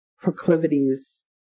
proclivities